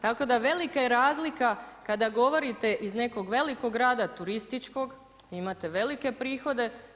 Tako da je velika razlika kada govorite iz nekog velikog grada, turističkog, imate velike prihode.